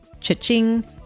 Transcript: Cha-ching